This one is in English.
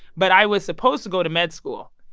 but i was supposed to go to med school.